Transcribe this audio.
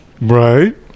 Right